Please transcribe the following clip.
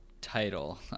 title